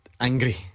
angry